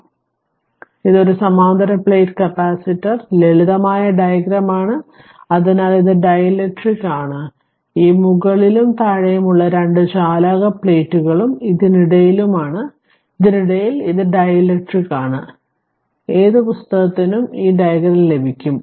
അതിനാൽ ഇത് ഒരു സമാന്തര പ്ലേറ്റ് കപ്പാസിറ്റർ ലളിതമായ ഡയഗ്രമാണ് അതിനാൽ ഇത് ഡീലക്ട്രിക് ആണ് ഈ മുകളിലും താഴെയുമുള്ള രണ്ട് ചാലക പ്ലേറ്റുകളും ഇതിനിടയിലുമാണ് ഇതിനിടയിൽ ഇത് ഡീലക്ട്രിക് ആണ് ഏത് പുസ്തകത്തിനും ഈ ഡയഗ്രം ലഭിക്കും